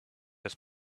his